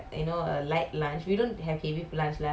where oh cavern ah ya ya sure sure